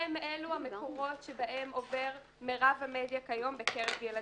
הם אלו המקורות שבהם עובר מירב המדיה כיום בקרב ילדים.